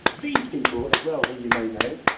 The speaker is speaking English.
these people as well who you may know.